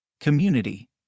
community